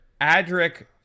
Adric